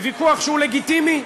בוויכוח שהוא לגיטימי,